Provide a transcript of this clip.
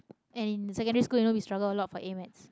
and secondary school you know we struggle a lot for A-maths